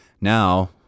Now